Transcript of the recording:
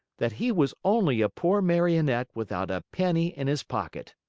that he was only a poor marionette without a penny in his pocket.